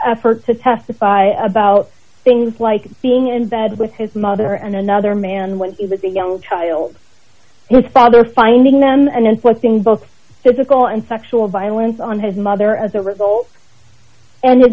efforts to testify about things like being in bed with his mother and another man when he was a young child his father finding them and inflicting both physical and sexual violence on his mother as a result and his